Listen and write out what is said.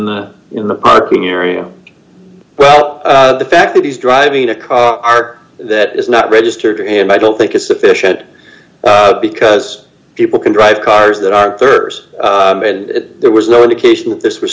the in the parking area well the fact that he's driving a car that is not registered and i don't think it's sufficient because people can drive cars that are thirsty and there was d no indication that this was